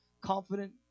confident